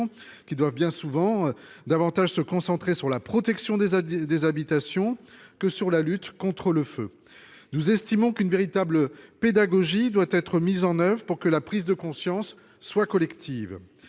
qui doivent bien souvent se concentrer davantage sur la protection des habitations que sur la lutte contre le feu. Nous estimons qu'une véritable pédagogie doit être mise en place pour que la prise de conscience soit collective.